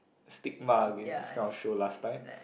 stigma against this kind of show last time